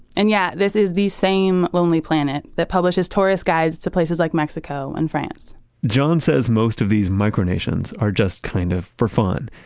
and yeah, this is the same lonely planet that publishes tourists guides to places like mexico and france john says most of these micronations are just kind of for fun.